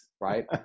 right